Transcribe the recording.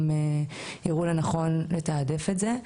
אז הם גם יראו לנכון לתקצב את זה.